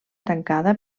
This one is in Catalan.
tancada